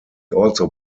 also